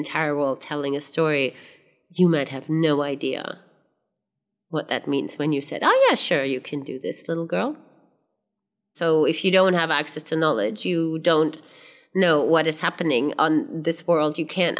world telling a story you might have no idea what that means when you said oh yeah sure you can do this little girl so if you don't have access to knowledge you don't know what is happening on this world you can't